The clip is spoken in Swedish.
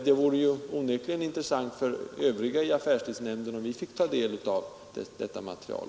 Det vore onekligen intressant för övriga medlemmar av affärstidsnämnden, om vi också fick ta del av detta material.